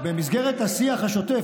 אתם שכחתם את החיילים.